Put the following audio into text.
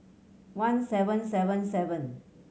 one seven seven seven